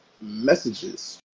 messages